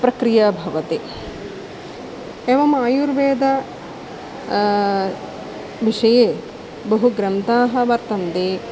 प्रक्रिया भवति एवम् आयुर्वेद विषये बहु ग्रन्थाः वर्तन्ते